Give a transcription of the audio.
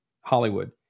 Hollywood